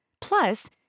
Plus